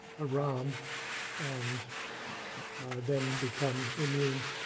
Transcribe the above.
a rom and then become immune